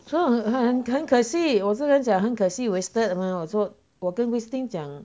so 很恨可惜我就是讲很可惜 wasted mah 我说我跟 miss ting 讲